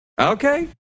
Okay